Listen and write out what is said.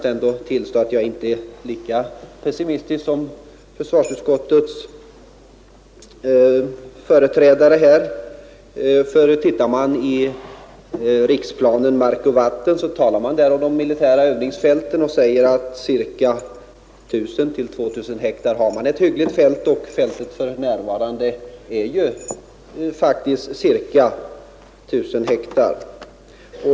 Jag vill tillstå att jag inte är lika pessimistisk som försvarsutskottets företrädare är. Tittar man i riksplanen Mark och vatten finner man om de militära övningsfälten den uppgiften att ett hyggligt övningsfält kan omfatta c:a 1 000—2 000 hektar. Det här fältet är för närvarande på ca 1000 hektar.